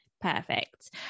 Perfect